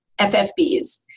FFBs